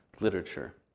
literature